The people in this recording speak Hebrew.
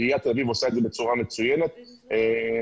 עיריית תל אביב עושה את זה בצורה מצוינת ולדברים